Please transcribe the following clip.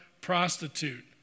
prostitute